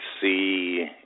see